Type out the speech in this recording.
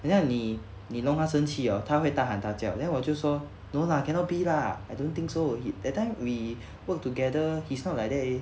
and then 你你弄他生气 oh 他会大喊大叫 then 我就说 no lah cannot be lah I don't think so he that time we work together he's not like that eh